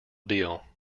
deal